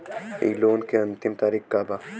इ लोन के अन्तिम तारीख का बा?